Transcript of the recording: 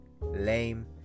lame